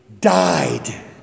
died